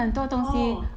oh